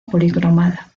policromada